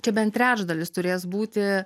čia bent trečdalis turės būti